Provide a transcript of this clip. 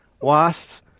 Wasps